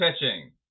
pitching